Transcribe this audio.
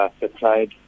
supplied